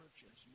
churches